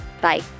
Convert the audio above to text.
Bye